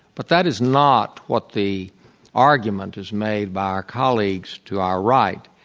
but that is not what the argument is made by our colleagues to our right.